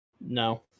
no